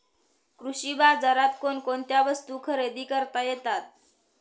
कृषी बाजारात कोणकोणत्या वस्तू खरेदी करता येतात